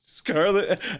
Scarlet